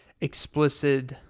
Explicit